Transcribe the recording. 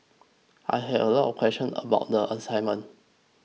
I had a lot of questions about the assignment